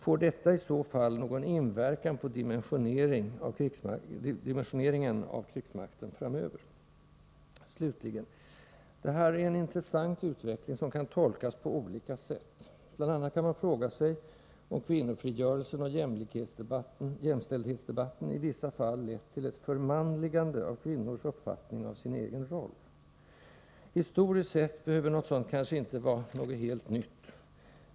Får detta i så fall någon inverkan på dimensioneringen av krigsmakten framöver? Slutligen: Det här är en intressant utveckling som kan tolkas på olika sätt. Bl. a. kan man fråga sig om kvinnofrigörelsen och jämställdhetsdebatten i vissa fall lett till ett ”förmanligande” av kvinnors uppfattning av sin egen roll. Historiskt sett behöver detta inte vara någonting helt nytt.